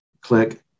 click